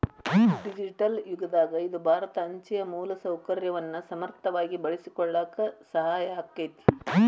digital ಯುಗದಾಗ ಇದು ಭಾರತ ಅಂಚೆಯ ಮೂಲಸೌಕರ್ಯವನ್ನ ಸಮರ್ಥವಾಗಿ ಬಳಸಿಕೊಳ್ಳಾಕ ಸಹಾಯ ಆಕ್ಕೆತಿ